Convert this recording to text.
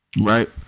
Right